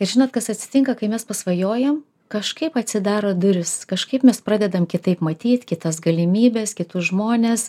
ir žinot kas atsitinka kai mes pasvajojam kažkaip atsidaro durys kažkaip mes pradedam kitaip matyt kitas galimybes kitus žmones